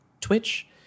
twitch